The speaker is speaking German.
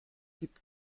gibt